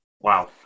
Wow